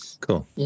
cool